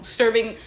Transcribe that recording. serving